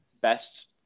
best